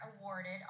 awarded